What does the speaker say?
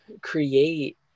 create